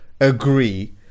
agree